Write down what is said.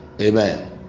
Amen